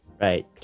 Right